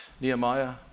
Nehemiah